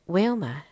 Wilma